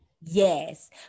Yes